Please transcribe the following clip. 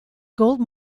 gold